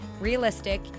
realistic